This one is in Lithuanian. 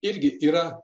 irgi yra